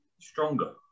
stronger